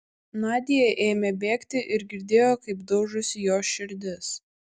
nadia ėmė bėgti ir girdėjo kaip daužosi jos širdis